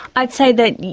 i'd say that,